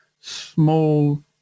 small